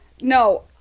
No